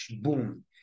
boom